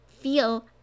feel